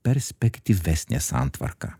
perspektyvesnė santvarka